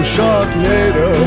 Sharknado